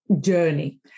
journey